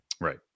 right